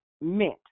meant